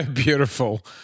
Beautiful